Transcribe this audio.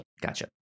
gotcha